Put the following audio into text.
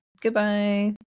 goodbye